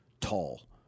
tall